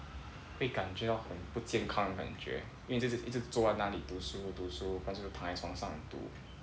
会感觉到很不健康的感觉因为一直一直坐在那里读书读书不然是躺在床上读